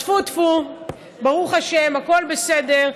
אז טפו-טפו, ברוך השם, הכול בסדר.